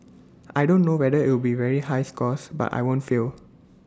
I don't know whether IT will be very high scores but I won't fail